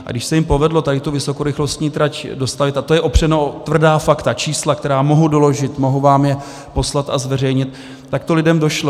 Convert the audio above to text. A když se jim povedlo tady tu vysokorychlostní trať dostavět a to je opřeno o tvrdá fakta, čísla, která mohu doložit, mohu vám je poslat a zveřejnit tak to lidem došlo.